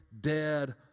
dead